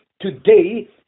Today